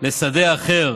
לשדה אחר,